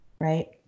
right